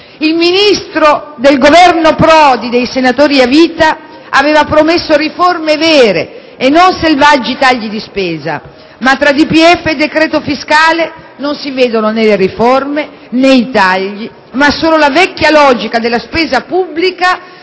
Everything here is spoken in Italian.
Il Ministro del Governo Prodi dei senatori a vita aveva promesso riforme vere e non selvaggi tagli di spesa, ma tra DPEF e decreto fiscale non si vedono né le riforme, né i tagli, ma solo la vecchia logica della spesa pubblica